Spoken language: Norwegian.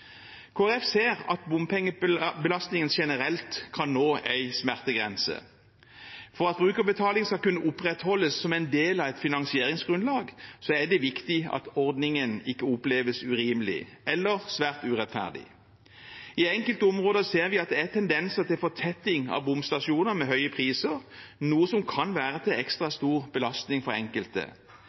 ser at bompengebelastningen generelt kan nå en smertegrense. For at brukerbetaling skal kunne opprettholdes som en del av et finansieringsgrunnlag, er det viktig at ordningen ikke oppleves urimelig eller svært urettferdig. I enkelte områder ser vi at det er tendenser til fortetting av bomstasjoner med høye priser, noe som kan være til ekstra stor belastning for enkelte.